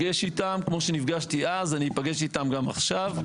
איתם, כמו שנפגשתי אז, אני איפגש איתם גם עכשיו.